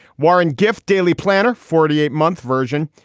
warren gift daily planner. forty eight month version.